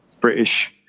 British